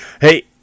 Hey